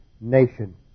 nation